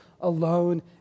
alone